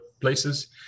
places